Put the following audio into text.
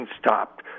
stopped